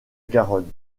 garonne